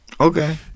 Okay